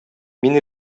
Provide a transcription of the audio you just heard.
мин